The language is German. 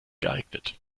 geeignet